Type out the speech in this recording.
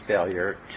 failure